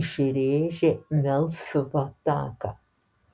išrėžė melsvą taką